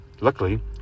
Luckily